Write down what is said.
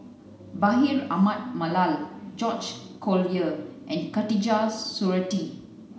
Bashir Ahmad Mallal George Collyer and Khatijah Surattee